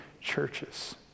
churches